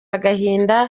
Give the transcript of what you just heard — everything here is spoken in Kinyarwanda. agahinda